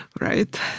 right